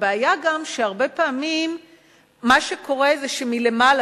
הבעיה גם שהרבה פעמים מה שקורה הוא שמלמעלה,